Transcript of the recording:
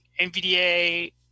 NVDA